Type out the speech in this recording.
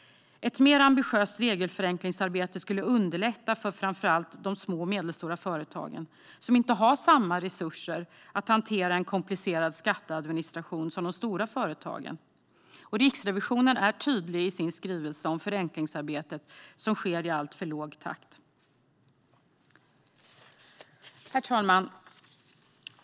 Ett mer ambitiöst regelförenklingsarbete skulle underlätta för framför allt de små och medelstora företag som inte har samma resurser att hantera en komplicerad skatteadministration som stora företag. Riksrevisionen är i sin skrivelse tydlig med att förenklingsarbetet sker i alltför låg takt. Herr talman!